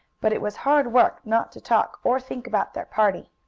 but it was hard work not to talk or think about their party.